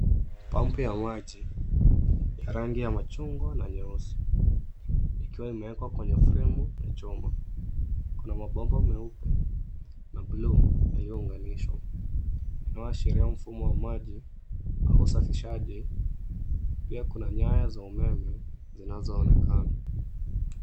Pump ya maji ya rangi ya machungwa na nyeusi ikiwa imeekwa kwenye fremu ya chuma. Kuna mabomba meupe na buluu yaliyounganishwa yanayoashiria mfumo wa maji au usafishaji. Pia kuna nyaya za umeme zinazoonekana.